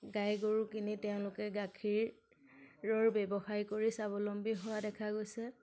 গাই গৰু কিনি তেওঁলোকে গাখীৰৰ ব্যৱসায় কৰি স্বাৱলম্বী হোৱা দেখা গৈছে